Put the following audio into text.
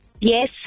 Yes